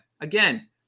again